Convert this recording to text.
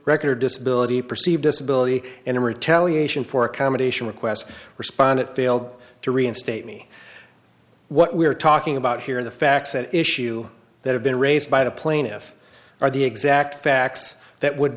record disability perceived disability and in retaliation for accommodation requests respondent failed to reinstate me what we're talking about here the facts at issue that have been raised by the plaintiff are the exact facts that would